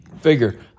figure